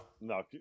No